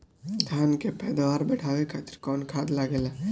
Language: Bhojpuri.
धान के पैदावार बढ़ावे खातिर कौन खाद लागेला?